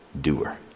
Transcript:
doer